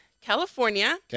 California